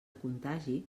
contagi